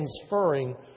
transferring